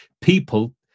people